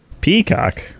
Peacock